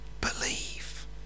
believe